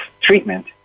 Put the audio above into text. treatment